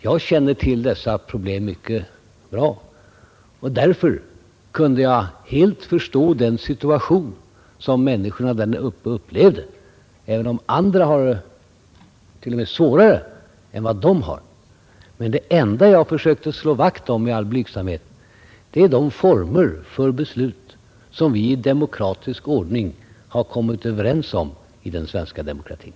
Jag känner till dessa problem mycket bra, och därför kan jag helt förstå den situation som människorna i Blåsjön upplevde, även om det finns andra som har det ännu svårare än de. Och det enda jag därför i all blygsamhet har försökt göra är att slå vakt om de former för beslut som vi i demokratisk ordning har kommit överens om i den svenska demokratin.